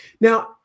Now